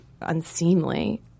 unseemly